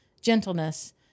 gentleness